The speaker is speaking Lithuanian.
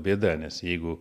bėda nes jeigu